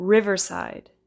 Riverside